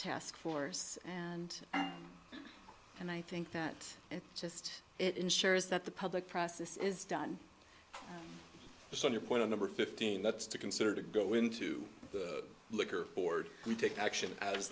task force and and i think that it's just it ensures that the public process is done so your point of number fifteen that's to consider to go into the liquor board we take action